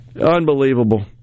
unbelievable